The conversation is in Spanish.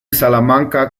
salamanca